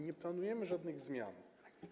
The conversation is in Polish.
Nie planujemy żadnych zmian.